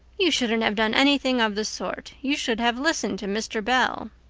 you shouldn't have done anything of the sort. you should have listened to mr. bell.